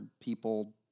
people